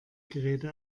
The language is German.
geräte